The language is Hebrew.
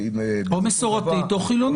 שהיא --- או מסורתית, או חילונית.